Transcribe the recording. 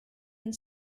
and